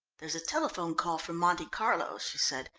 there's a telephone call from monte carlo, she said.